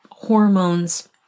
hormones